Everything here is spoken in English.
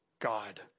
God